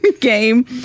game